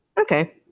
Okay